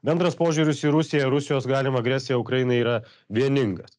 bendras požiūris į rusiją į rusijos galimą agresiją ukrainai yra vieningas